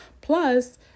Plus